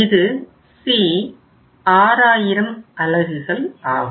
இது C 6000 அலகுகள் ஆகும்